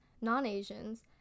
non-Asians